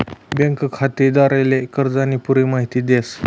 bank खातेदारले कर्जानी पुरी माहिती देस